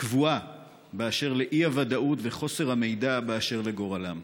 הקבועה באשר לאי-ודאות וחוסר המידע באשר לגורלם.